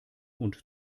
und